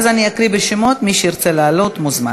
אז אקריא את השמות, ומי שירצה לעלות, מוזמן.